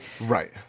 Right